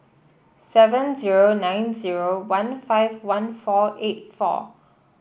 seven zero nine zero one five one four eight four